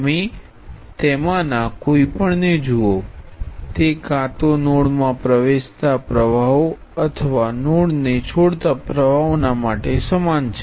તમે તેમાંના કોઈપણને જુઓ તે કાં તો નોડમાં પ્રવેશતા પ્રવાહો અથવા નોડને છોડતા પ્રવાહોને માટે સમાન છે